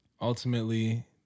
Ultimately